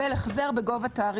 לקבל עזרה.